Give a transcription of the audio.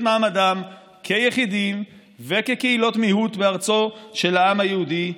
מעמדם כיחידים וכקהילות מיעוט בארצו של העם היהודי.